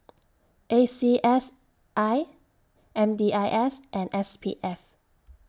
A C S I M D I S and S P F